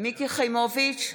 מיקי חיימוביץ'